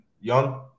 young